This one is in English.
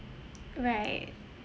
right